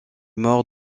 mort